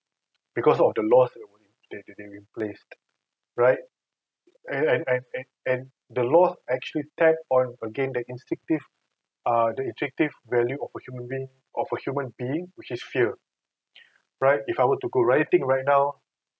because of the laws that were in placed right and and and the law actually tap on again the instinctive uh the instinctive value of a human being of a human being which is fear right if I were to go very deep right now